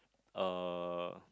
uh